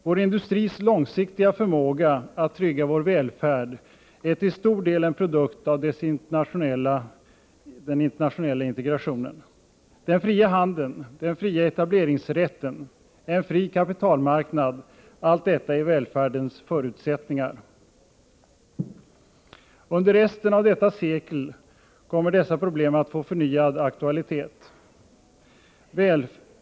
Vår industris långsiktiga förmåga att trygga vår välfärd är till stor del en produkt av den internationella integrationen. Den fria handeln, den fria etableringsrätten, en fri kapitalmarknad — allt detta är välfärdens förutsättningar. Under resten av detta sekel kommer dessa problem att få förnyad aktualitet.